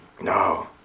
No